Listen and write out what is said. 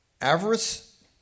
avarice